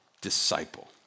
disciple